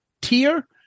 tier